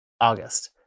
August